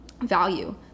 value